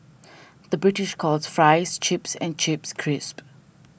the British calls Fries Chips and Chips Crisps